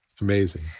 Amazing